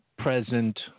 Present